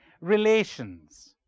Relations